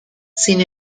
sin